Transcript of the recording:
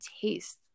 taste